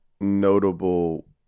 notable